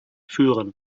führen